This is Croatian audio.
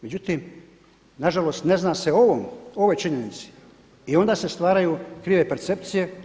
Međutim, na žalost ne zna se o ovom, o ovoj činjenici i onda se stvaraju krive percepcije.